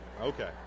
Okay